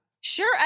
Sure